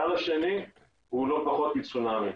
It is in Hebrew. הגל השני הוא לא פחות מצונאמי.